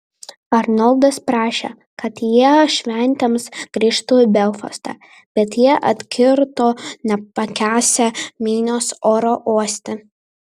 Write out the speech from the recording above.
arnoldas prašė kad jie šventėms grįžtų į belfastą bet jie atkirto nepakęsią minios oro uoste